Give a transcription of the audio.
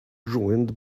ruined